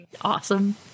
awesome